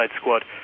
squad